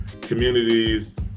communities